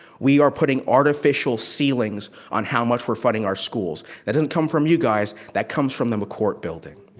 we are putting artificial ceilings on how much we're funding our schools. that doesn't come from you guys. that comes from the mccourt building.